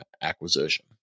acquisition